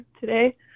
today